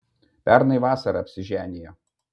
pernai vasarą apsiženijo